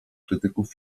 krytyków